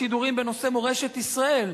לשידורים בנושא מורשת ישראל.